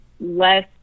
less